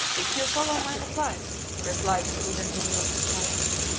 if you follow my advice, replied the prudent mayor of the palace,